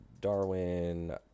Darwin